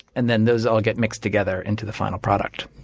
and then those all get mixed together into the final product.